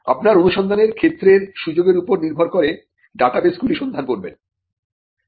আপনার অনুসন্ধানের ক্ষেত্রের সুযোগের উপর নির্ভর করে ডাটাবেসগুলি সন্ধান করবেন